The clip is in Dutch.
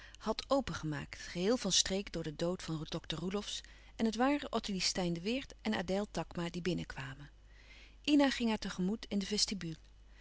had opengemaakt geheel van streek door den dood van dokter roelofsz en het waren ottilie steyn de weert en adèle takma die binnenkwamen ina ging haar te gemoet in de